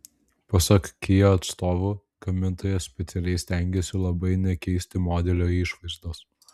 pasak kia atstovų gamintojas specialiai stengėsi labai nekeisti modelio išvaizdos